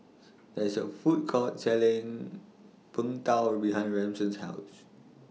There IS A Food Court Selling Png Tao behind Ramon's House